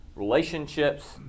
relationships